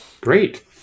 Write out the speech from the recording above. Great